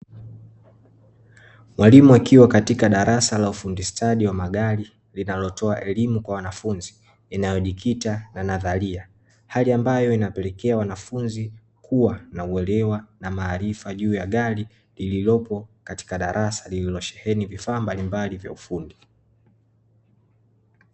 Mwalimu akiwa katika darasa la ufundi stadi wa magari, linalotoa elimu kwa wanafunzi inayojikita na nadharia. Hali ambayo inapelekea wanafunzi kuwa na uelewa na maarifa juu ya gari lililopo katika darasa lililo sheheni vifaa mbalimbali vya ufundi.